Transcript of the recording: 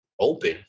open